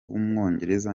w’umwongereza